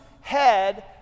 head